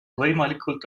võimalikult